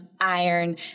iron